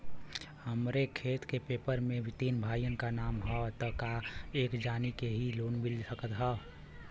हमरे खेत के पेपर मे तीन भाइयन क नाम ह त का एक जानी के ही लोन मिल सकत ह?